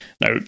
Now